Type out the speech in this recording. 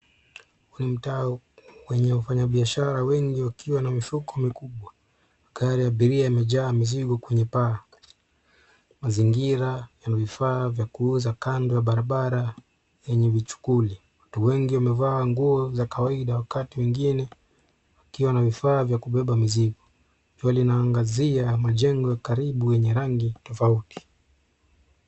Ni mtaa wenye wafanyabiashara wengi wakiwa na mifuko mikubwa. Gari ya abiria imejaa mizigo kwenye paa. Mazingira yana vifaa vya kuuza kando ya barabara yenye vichukuli. Watu wengi wamevaa nguo za kawaida wakati wengine wakiwa na vifaa vya kubeba mizigo. Jua linaangazia majengo ya karibu yenye rangi tofauti.